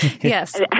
Yes